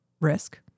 risk